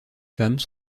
femmes